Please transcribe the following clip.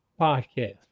podcast